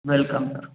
welcome sir